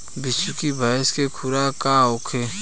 बिसुखी भैंस के खुराक का होखे?